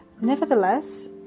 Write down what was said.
Nevertheless